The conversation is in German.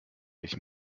ich